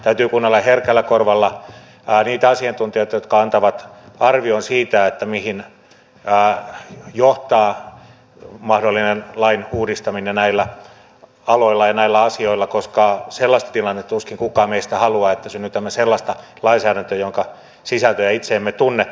täytyy kuunnella herkällä korvalla niitä asiantuntijoita jotka antavat arvion siitä mihin johtaa mahdollinen lain uudistaminen näillä aloilla ja näillä asioilla koska sellaista tilannetta tuskin kukaan meistä haluaa että synnytämme sellaista lainsäädäntöä jonka sisältöä itse emme tunne